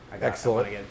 Excellent